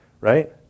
right